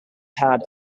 had